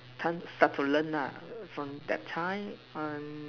time start to learn lah from that time and